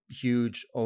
huge